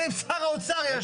אלא אם שר האוצר יאשר.